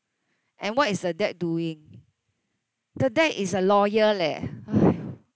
and what is the dad doing the dad is a lawyer leh !haiyo!